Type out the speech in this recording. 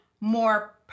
more